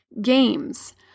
Games